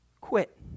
Quit